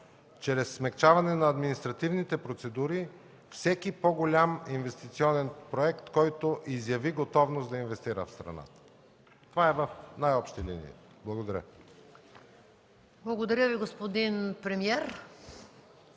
чрез смекчаване на административните процедури всеки по-голям инвестиционен проект, който изяви готовност да инвестира в страната. Това е в най-общи линии. Благодаря. ПРЕДСЕДАТЕЛ МАЯ МАНОЛОВА: Благодаря Ви, господин премиер.